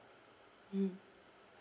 mm